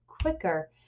quicker